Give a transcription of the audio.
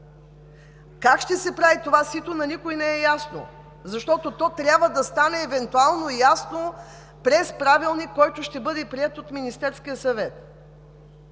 Как ще се прави това сито на никого не е ясно, защото то трябва да стане евентуално ясно през правилник, който ще бъде приет от Министерския съвет.